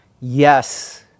yes